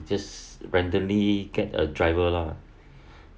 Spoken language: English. just randomly get a driver lah